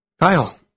Kyle